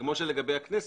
כמו שלגבי הכנסת,